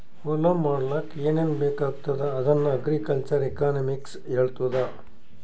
ಹೊಲಾ ಮಾಡ್ಲಾಕ್ ಏನೇನ್ ಬೇಕಾಗ್ತದ ಅದನ್ನ ಅಗ್ರಿಕಲ್ಚರಲ್ ಎಕನಾಮಿಕ್ಸ್ ಹೆಳ್ತುದ್